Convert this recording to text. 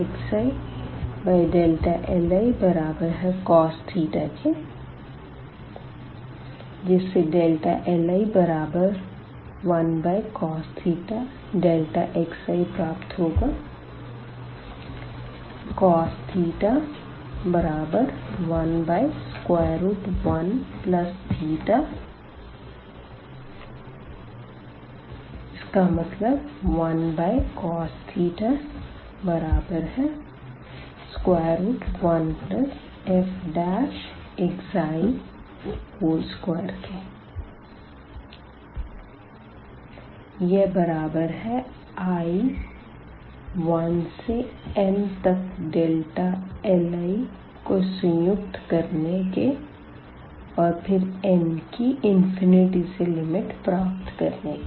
xilicos ⟹Δli1cos Δxi cos 11 ⟹1cos 1fi2 यह बराबर है i 1 से n तक डेल्टा l i को सम के और फिर n की से लिमिट प्राप्त करने के